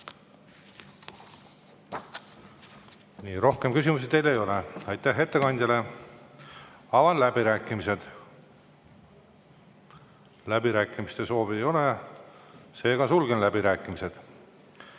Rohkem küsimusi teile ei ole. Aitäh ettekandjale! Avan läbirääkimised. Läbirääkimiste soovi ei ole, seega sulgen läbirääkimised.